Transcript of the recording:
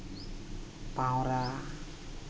ᱯᱟᱣᱨᱟ